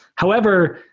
however,